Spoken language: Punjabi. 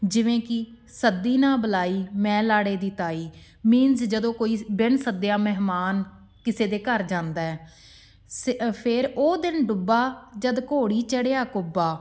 ਜਿਵੇਂ ਕਿ ਸੱਦੀ ਨਾ ਬੁਲਾਈ ਮੈਂ ਲਾੜੇ ਦੀ ਤਾਈ ਮੀਨਜ਼ ਜਦੋਂ ਕੋਈ ਬਿਨ ਸੱਦਿਆ ਮਹਿਮਾਨ ਕਿਸੇ ਦੇ ਘਰ ਜਾਂਦਾ ਹੈ ਸ ਫਿਰ ਉਹ ਦਿਨ ਡੁੱਬਾ ਜਦ ਘੋੜੀ ਚੜਿਆ ਕੁੱਬਾ